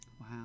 Wow